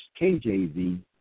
KJV